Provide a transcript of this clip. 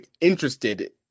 interested